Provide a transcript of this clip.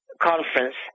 conference